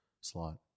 slot